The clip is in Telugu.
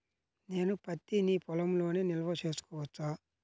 నేను పత్తి నీ పొలంలోనే నిల్వ చేసుకోవచ్చా?